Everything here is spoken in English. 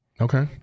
Okay